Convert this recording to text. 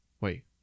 Wait